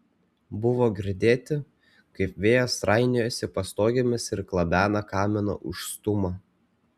buvo girdėti kaip vėjas trainiojasi pastogėmis ir klabena kamino užstūmą